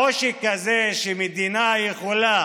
העושק הזה שמדינה יכולה